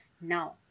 now